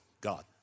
God